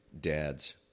dads